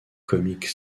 comic